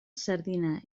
sardina